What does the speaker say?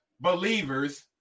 believers